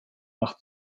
nach